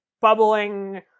bubbling